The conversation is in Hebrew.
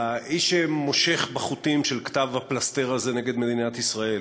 האיש שמושך בחוטים של כתב הפלסתר הזה נגד מדינת ישראל,